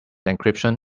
encryption